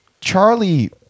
Charlie